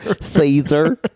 Caesar